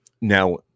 now